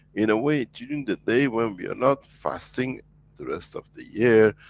in a way, during the day, when we are not fasting the rest of the year,